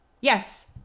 Yes